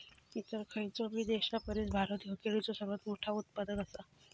इतर खयचोबी देशापरिस भारत ह्यो केळीचो सर्वात मोठा उत्पादक आसा